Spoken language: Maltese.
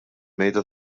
mejda